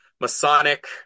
Masonic